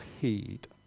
heed